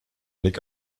nick